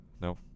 No